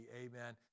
Amen